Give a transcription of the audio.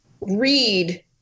read